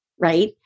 right